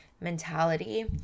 mentality